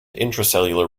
intracellular